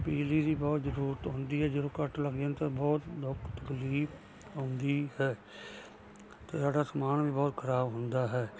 ਬਿਜਲੀ ਦੀ ਬਹੁਤ ਜ਼ਰੂਰਤ ਹੁੰਦੀ ਹੈ ਜਦੋਂ ਕੱਟ ਲੱਗ ਜਾਣ ਤਾਂ ਬਹੁਤ ਦੁੱਖ ਤਕਲੀਫ ਆਉਂਦੀ ਹੈ ਅਤੇ ਸਾਡਾ ਸਮਾਨ ਵੀ ਬਹੁਤ ਖ਼ਰਾਬ ਹੁੰਦਾ ਹੈ